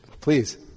please